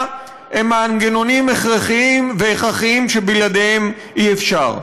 הם מנגנונים הכרחיים שבלעדיהם אי-אפשר.